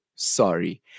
sorry